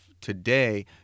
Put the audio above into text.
today